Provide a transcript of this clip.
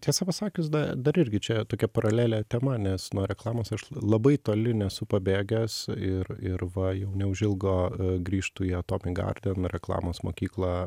tiesą pasakius dar irgi čia tokia paralelė tema nes nuo reklamos aš labai toli nesu pabėgęs ir ir va jau neužilgo grįžtu į atomik garden reklamos mokyklą